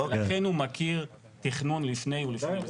לכן הוא מכיר תכנון לפני ולפנים.